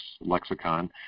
lexicon